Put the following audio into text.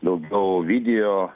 daugiau video